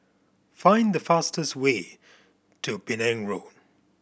find the fastest way to Penang Road